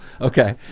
Okay